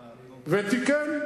ותיקן.